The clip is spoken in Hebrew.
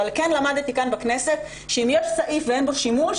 אבל כן למדתי כאן בכנסת שאם יש סעיף ואין בו שימוש,